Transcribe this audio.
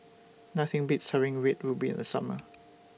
Nothing Beats having Red Ruby in The Summer